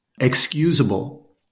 excusable